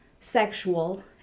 sexual